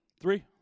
Three